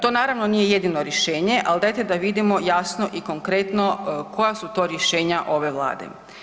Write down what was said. To naravno nije jedino rješenje, ali dajte da vidimo jasno i konkretno koja su to rješenja ove Vlade.